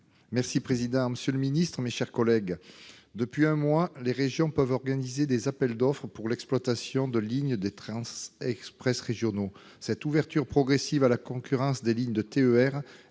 Bernard Buis. Monsieur le secrétaire d'État, mes chers collègues, depuis un mois, les régions peuvent organiser des appels d'offres pour l'exploitation de lignes de trains express régionaux. Cette ouverture progressive à la concurrence des lignes de TER,